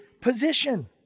position